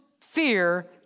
fear